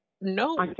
no